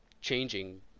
changing